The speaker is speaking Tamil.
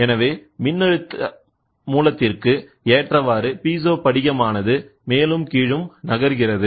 எனவே மின்னழுத்த மூலத்திற்கு ஏற்றவாறு பீசோ படிகம் ஆனது மேலும் கீழும் நகர்கிறது